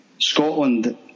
Scotland